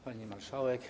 Pani Marszałek!